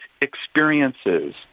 experiences